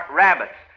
rabbits